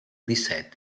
disset